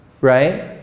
right